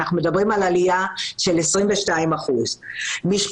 אנחנו מדברים על עלייה של 22%; משפחות